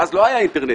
ואז לא היה אינטרנט.